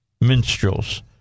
minstrels